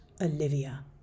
Olivia